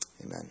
amen